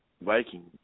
Viking